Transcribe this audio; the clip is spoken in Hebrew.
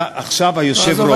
אתה עכשיו היושב-ראש.